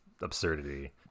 absurdity